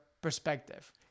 perspective